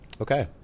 Okay